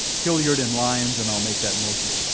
hilliard and lyons, and i'll make that motion.